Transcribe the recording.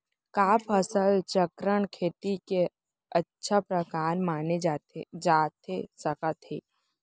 का फसल चक्रण, खेती के अच्छा प्रकार माने जाथे सकत हे?